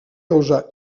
causar